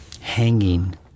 hanging